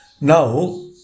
now